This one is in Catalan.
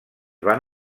van